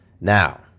Now